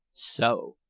so.